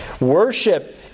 Worship